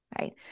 Right